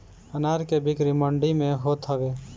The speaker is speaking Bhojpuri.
अनाज के बिक्री मंडी में होत हवे